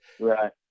Right